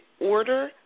order